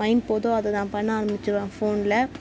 mind போகுதோ அதை நான் பண்ண ஆரம்பிச்சிடுவேன் ஃபோனில்